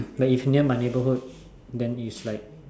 but if near my neighbourhood then it's like